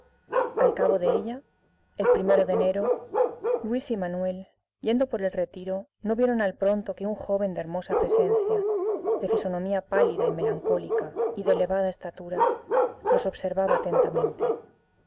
al cabo de ella el o de enero luis y manuel yendo por el retiro no vieron al pronto que un joven de hermosa presencia de fisonomía pálida y melancólica y de elevada estatura los observaba atentamente